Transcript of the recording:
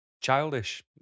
childish